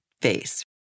face